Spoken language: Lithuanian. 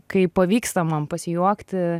kai pavyksta man pasijuokti